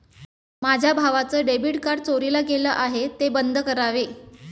माझ्या भावाचं debit card चोरीला गेलं आहे, ते बंद करावे